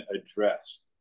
addressed